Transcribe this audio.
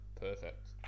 Perfect